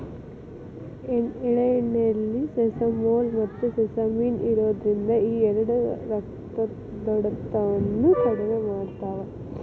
ಎಳ್ಳೆಣ್ಣೆಯಲ್ಲಿ ಸೆಸಮೋಲ್, ಮತ್ತುಸೆಸಮಿನ್ ಇರೋದ್ರಿಂದ ಈ ಎರಡು ರಕ್ತದೊತ್ತಡವನ್ನ ಕಡಿಮೆ ಮಾಡ್ತಾವ